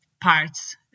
parts